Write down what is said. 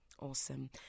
Awesome